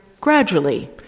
gradually